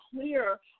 clear